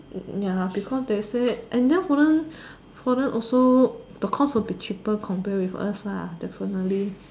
ya because they say and then foreign foreign also the cost will be cheaper compared with us ya definitely